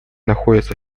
находится